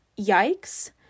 yikes